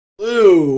Blue